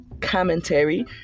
commentary